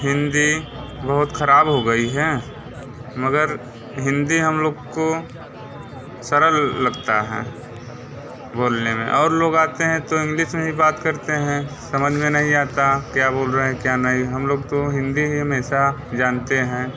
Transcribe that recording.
हिंदी बहुत ख़राब हो गई है मगर हिंदी हम लोग को सरल लगती है बोलने में और लोग आते हैं तो इंग्लिस में ही बात करते हैं समझ में नहीं आता क्या बोल रहे हैं क्या नहीं हम लोग तो हिंदी ही हमेशा जानते हैं